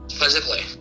physically